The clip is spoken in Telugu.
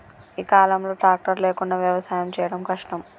ఈ కాలం లో ట్రాక్టర్ లేకుండా వ్యవసాయం చేయడం కష్టం